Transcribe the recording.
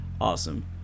awesome